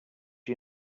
you